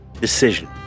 decision